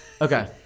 Okay